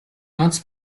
ганц